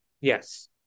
Yes